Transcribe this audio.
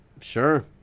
sure